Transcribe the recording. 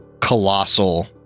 colossal